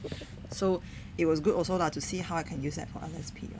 so it was good also lah to see how I can use that for L_S_P